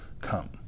come